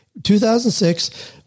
2006